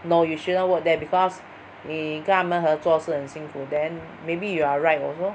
no you shouldn't work there because 你跟他们合作是很辛苦 then maybe you are right also